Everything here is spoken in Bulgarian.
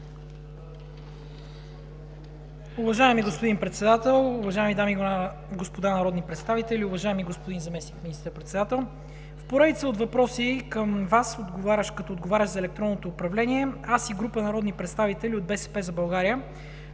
Уважаема госпожо Председател, уважаеми дами и господа народни представители, уважаеми господин Заместник министър-председател! В поредица от въпроси към Вас, като отговарящ за електронното управление, аз и група народни представители от „БСП за България“